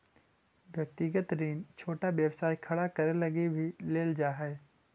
व्यक्तिगत ऋण छोटा व्यवसाय खड़ा करे लगी भी लेल जा हई